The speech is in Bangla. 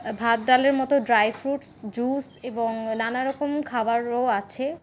ভাত ডালের মতো ড্রাই ফ্রুটস জুস এবং নানারকম খাবারও আছে